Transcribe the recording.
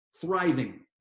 thriving